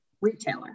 retailer